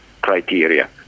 criteria